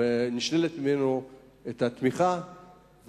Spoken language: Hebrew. ונשללת ממנו התמיכה,